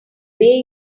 way